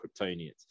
kryptonians